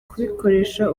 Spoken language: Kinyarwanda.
kubikoresha